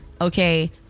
Okay